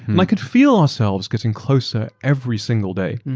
and i could feel ourselves getting closer every single day,